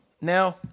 Now